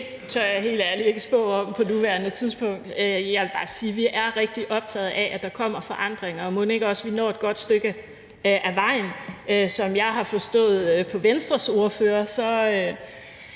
Det tør jeg helt ærligt ikke spå om på nuværende tidspunkt. Jeg vil bare sige, at vi er rigtig optaget af, at der kommer forandringer, og mon ikke også vi når et godt stykke ad vejen. Som jeg har forstået Venstres ordfører,